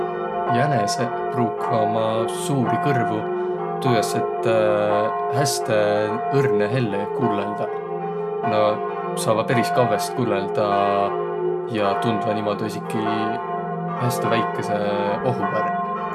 Jäneseq pruukvaq uma suuri kõrvu tuujaos, et häste õrnõ helle kullõldaq. Na saavaq peris kavvõst kullõldaq ja tundva niimodu esiki häste väikese oho ärq.